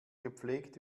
gepflegt